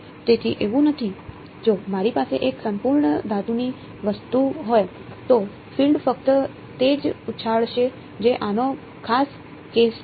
તેથી એવું નથી જો મારી પાસે એક સંપૂર્ણ ધાતુની વસ્તુ હોય તો ફીલ્ડ ફક્ત તે જ ઉછાળશે જે આનો ખાસ કેસ છે